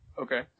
Okay